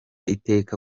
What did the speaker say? iteka